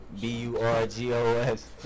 B-U-R-G-O-S